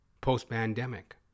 Post-pandemic